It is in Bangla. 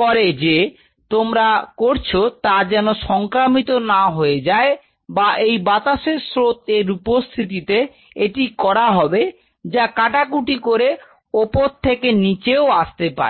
করে যে যা তোমরা করছ তা যেন সংক্রামিত না হয়ে যায় বা এই বাতাসের স্রোত এর উপস্থিতিতে এটি করা হবে যা কাটাকুটি করে উপর থেকে নিচে ও আসতে পারে